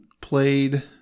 played